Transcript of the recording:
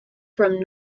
from